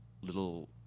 little